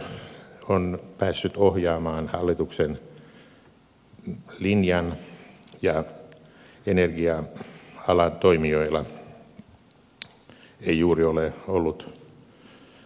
metsäteollisuus on päässyt ohjaamaan hallituksen linjan ja energia alan toimijoilla ei juuri ole ollut